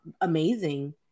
amazing